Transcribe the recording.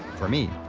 for me,